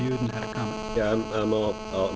you know